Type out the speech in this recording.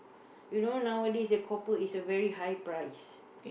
you know nowadays the copper is a very high price